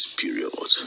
period